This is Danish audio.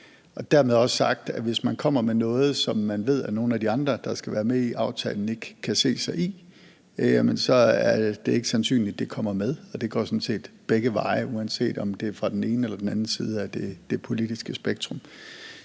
Dermed også sagt, at hvis man kommer med noget, som man ved at nogle af de andre, der skal være med i aftalen, ikke kan se sig i, er det ikke sandsynligt, at det kommer med, og det går sådan set begge veje, uanset om det er fra den ene eller den anden side af det politiske spektrum.